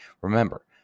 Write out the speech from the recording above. Remember